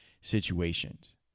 situations